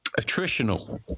attritional